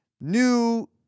new